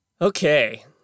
Okay